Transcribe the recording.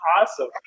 awesome